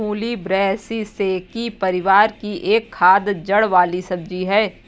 मूली ब्रैसिसेकी परिवार की एक खाद्य जड़ वाली सब्जी है